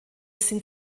sind